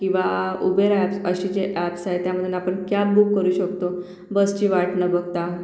किंवा Uber apps अशी जे ॲप्स आहेत त्यामधून आपण कॅब बुक करू शकतो बसची वाट न बघता